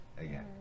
again